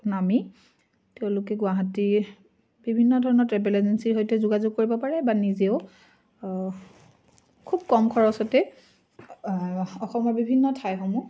নামি তেওঁলোকে গুৱাহাটীৰ বিভিন্ন ধৰণৰ ট্ৰেভেল এজেঞ্চিৰ সৈতে যোগাযোগ কৰিব পাৰে বা নিজেও খুব কম খৰচতে অসমৰ বিভিন্ন ঠাইসমূহ